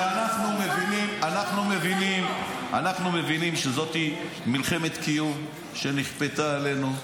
אנחנו מבינים שזאת מלחמת קיום שנכפתה עלינו,